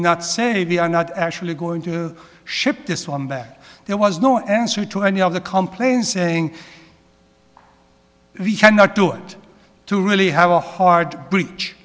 not say we are not actually going to ship this one back there was no answer to any of the complaints saying we cannot do it to really have a hard breach